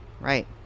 right